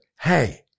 hey